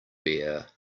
bare